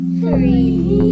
three